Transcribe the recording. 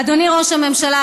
אדוני ראש הממשלה,